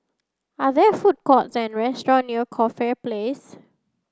are there food courts and restaurants near Coffee Place